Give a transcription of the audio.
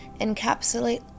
Encapsulate